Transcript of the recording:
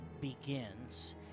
begins